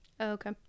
okay